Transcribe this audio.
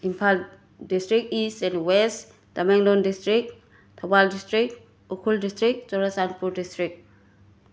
Imphal district east and west Tamenglong district Thoubal district Ukhrul district Churachandpur district